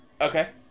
Okay